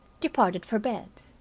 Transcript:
departed for bed.